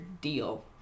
deal